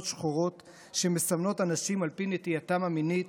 שחורות שמסמנות אנשים על פי נטייתם המינית